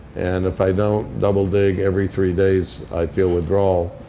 and if i don't double dig every three days, i feel withdrawal.